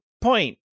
point